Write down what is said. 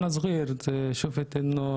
רצו לרצוח אותי,